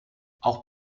auch